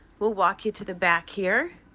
we'll walk you to the back here.